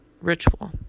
ritual